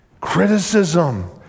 Criticism